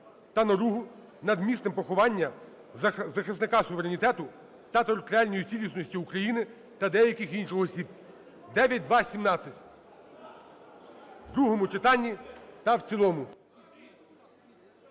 та наругу над місцем поховання захисника суверенітету та територіальної цілісності України та деяких інших осіб (9217) у другому читанні та в цілому.